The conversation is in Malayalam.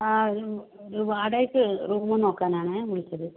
ആ ഒരു ഒരു വാടകയ്ക്ക് റൂമ് നോക്കാനാണ് വിളിച്ചത്